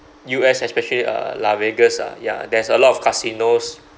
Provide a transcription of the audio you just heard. U_S especially uh las vegas ah ya there's a lot of casinos